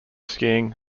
skiing